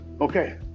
okay